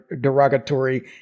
derogatory